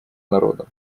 народа